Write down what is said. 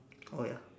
oh ya